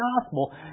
Gospel